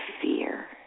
fear